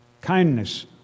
kindness